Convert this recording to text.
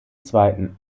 zweiten